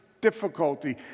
difficulty